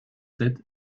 sept